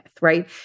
right